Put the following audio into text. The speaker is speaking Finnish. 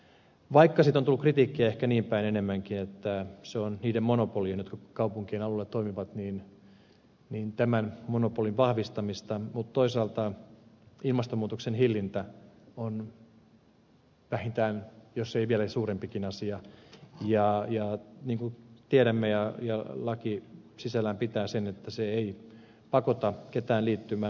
vaikka siitä on tullut kritiikkiä ehkä niinpäin enemmänkin että se on niiden monopolien jotka kaupunkien alueella toimivat vahvistamista niin toisaalta ilmastonmuutoksen hillintä on vähintään yhtä suuri jos ei vielä suurempikin asia ja niin kuin tiedämme ja laki sisällään pitää se ei pakota ketään liittymään